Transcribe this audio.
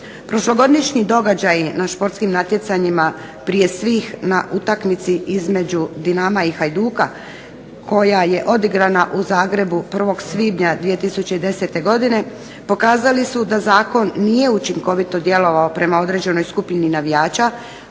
Prošlogodišnji događaji na športskim natjecanjima, prije svih na utakmici između Dinama i Hajduka koja je odigrana u Zagrebu 1. svibnja 2010. godine pokazali su da zakon nije učinkovito djelovao prema određenoj skupini navijača